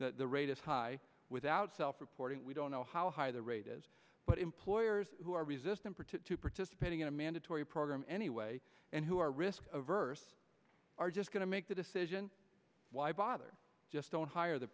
the rate is high without self reporting we don't know how high the rate is but employers who are resistant to participating in a mandatory program anyway and who are risk averse are just going to make the decision why bother just don't hire the